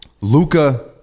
Luca